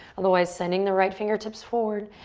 otherwise, sending the right fingertips forward.